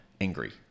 angry